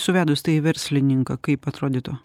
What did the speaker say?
suvedus tai į verslininką kaip atrodytų